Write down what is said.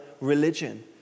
religion